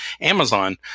Amazon